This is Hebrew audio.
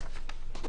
הזאת.